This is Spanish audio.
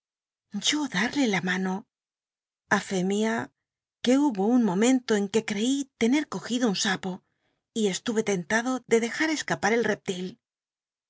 yo darle la mano a fé mia que hubo un momento en qnc cci tener cogido un sapo y csluyc tentado de dejar escapa el reptil